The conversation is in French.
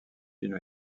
film